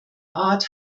art